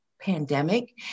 pandemic